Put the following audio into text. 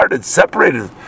separated